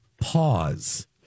pause